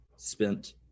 spent